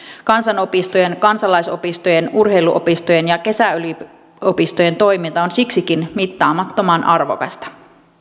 kansanopistojen kansalaisopistojen urheiluopistojen ja kesäyliopistojen toiminta on siksikin mittaamattoman arvokasta